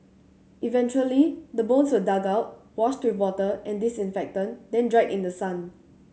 eventually the bones were dug out washed with water and disinfectant then dried in the sun